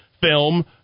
film